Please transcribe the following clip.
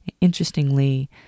Interestingly